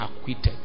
acquitted